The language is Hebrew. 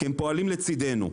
כי הם פועלים לצדנו.